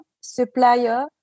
supplier